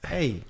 Hey